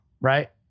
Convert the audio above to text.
right